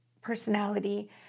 personality